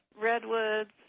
redwoods